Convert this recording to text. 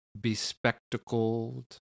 bespectacled